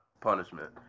punishment